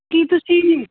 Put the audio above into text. ਕੀ ਤੁਸੀਂ